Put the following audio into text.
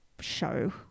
show